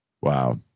Wow